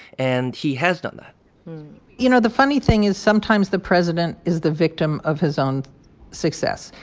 and he has done that you know, the funny thing is, sometimes, the president is the victim of his own success.